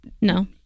No